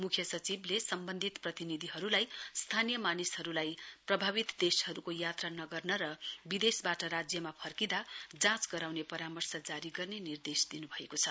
मुख्य सचिवले सम्बन्धित प्रतिनिधिहरूलाई स्थानीय मानिसहरूलाई प्रभावित देशहरूको यात्रा नगर्न र विदेशबाट राज्यमा फर्किँदा जाँच गराउने परामर्श जारी गर्ने निर्देश दिनु भएको छ